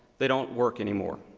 they don't work any more.